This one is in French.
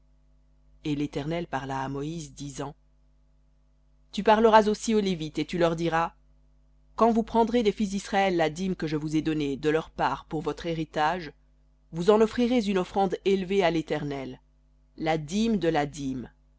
et l'éternel parla à moïse disant tu parleras aussi aux lévites et tu leur diras quand vous prendrez des fils d'israël la dîme que je vous ai donnée de leur part pour votre héritage vous en offrirez une offrande élevée à l'éternel la dîme de la dîme